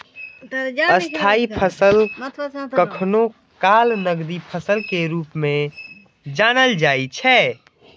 स्थायी फसल कखनो काल नकदी फसल के रूप मे जानल जाइ छै